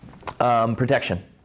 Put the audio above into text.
protection